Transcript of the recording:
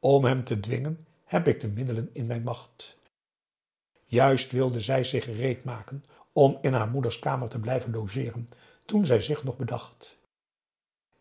om hem te dwingen heb ik de middelen in mijn macht juist wilde zij zich gereed maken om in haar moeders kamer te blijven logeeren toen zij zich nog bedacht